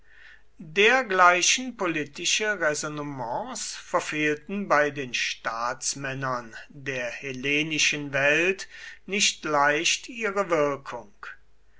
dergleichen politische räsonnements verfehlten bei den staatsmännern der hellenischen welt nicht leicht ihre wirkung